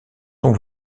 son